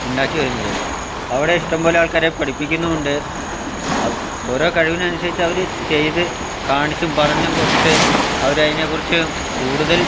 ഉണ്ടാക്കിവരുന്നത് അവിടെ ഇഷ്ടംപോലെ ആൾക്കാരെ പഠിപ്പിക്കുന്നുമുണ്ട് ഓരോ കഴിവിനനുസരിച്ച് അവർ ചെയ്ത് കാണിച്ചും പറഞ്ഞും കൊടുത്ത് അവരതിനെക്കുറിച്ച് കൂടുതൽ